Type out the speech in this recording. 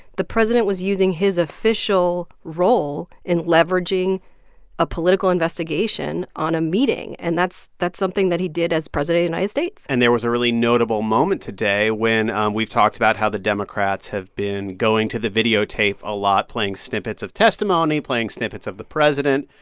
the president was using his official role in leveraging a political investigation on a meeting. and that's that's something that he did as president of the united states and there was a really notable moment today when um we've talked about how the democrats have been going to the videotape a lot, playing snippets of testimony, playing snippets of the president.